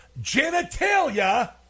genitalia